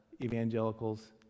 evangelicals